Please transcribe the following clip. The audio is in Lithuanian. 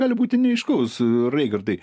gali būti neaiškaus raigardai